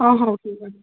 ହଁ ହଉ ଠିକ୍ ଅଛି